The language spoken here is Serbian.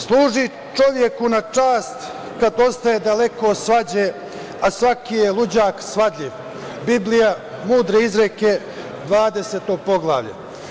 Služi čoveku na čast kada ostaje daleko od svađe, a svaki je ludak svadljiv - Biblija mudre izreke, 20. poglavlja.